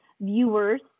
viewers